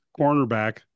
cornerback